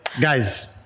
guys